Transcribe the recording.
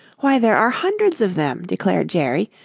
why, there are hundreds of them, declared jerry,